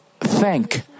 thank